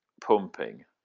pumping